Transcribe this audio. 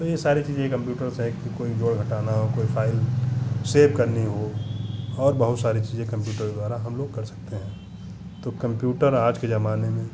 तो ये सारी चीज़ें कम्प्यूटर से कोई जोड़ घटाना हो कोई फाइल सेव करनी हो और बहुत सारी चीज़ें कम्प्यूटर द्वारा हम लोग कर सकते हैं तो कम्प्यूटर आज के ज़माने में